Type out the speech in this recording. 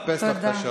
אני מאפס לך את השעון.